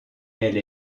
elle